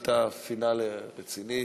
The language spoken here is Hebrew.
קיבלת פינאלה רציני,